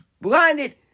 blinded